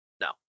No